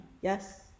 Yes